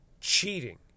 cheating